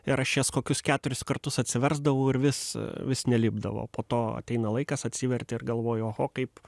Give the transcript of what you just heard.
ir aš jas kokius keturis kartus atsiversdavau ir vis vis nelipdavo po to ateina laikas atsiverti ir galvoji oho kaip